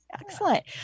excellent